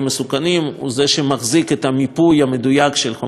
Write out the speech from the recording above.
הוא שמחזיק את המיפוי המדויק של חומרים מסוכנים.